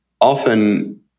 often